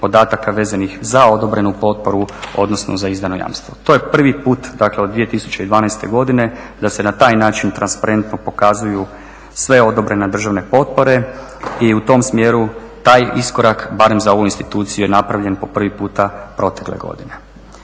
podataka vezanih za odobrenu potporu odnosno za izdano jamstvo. To je prvi put dakle od 2012. godine da se na taj način transparentno pokazuju sve odobrene državne potpore i u tom smjeru taj iskorak, barem za ovu instituciju, je napravljen po prvi puta protekle godine.